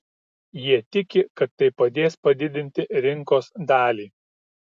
jie tiki kad tai padės padidinti rinkos dalį